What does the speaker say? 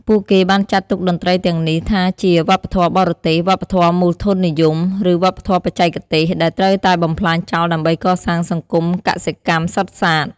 ពួកគេបានចាត់ទុកតន្ត្រីទាំងនេះថាជា "វប្បធម៌បរទេស" "វប្បធម៌មូលធននិយម" ឬ "វប្បធម៌បច្ចេកទេស" ដែលត្រូវតែបំផ្លាញចោលដើម្បីកសាងសង្គមកសិកម្មសុទ្ធសាធ។